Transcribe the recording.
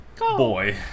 Boy